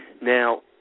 Now